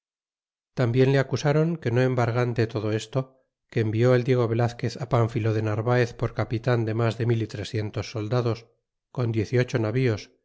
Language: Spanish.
bien le acusron que no embargante todo esto gue envió ei diego velazquez pánfilo de nosvaez por capitan de mas de mil y trescientos soldados con diez y ocho navíos